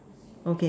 okay